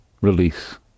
release